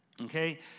okay